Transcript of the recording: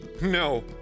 No